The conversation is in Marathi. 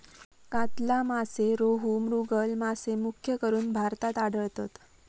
कातला मासे, रोहू, मृगल मासे मुख्यकरून भारतात आढळतत